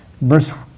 Verse